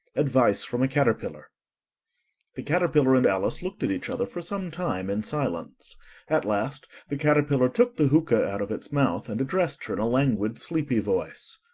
advice from a caterpillar the caterpillar and alice looked at each other for some time in silence at last the caterpillar took the hookah out of its mouth, and addressed her in a languid, sleepy voice.